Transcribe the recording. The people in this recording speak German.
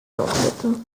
staubblätter